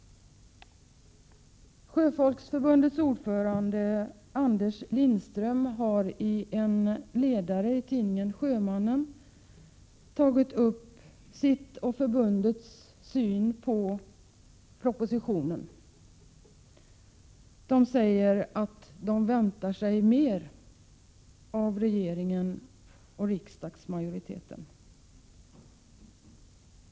Sjöfolksförbundets ordförande Anders Lindström har i en ledare i tidningen Sjömannen kommenterat sin och sitt förbunds syn på propositionen. I ledaren säger han att förbundet väntar sig mer av regeringen och riksdagsmajoriteten.